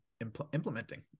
implementing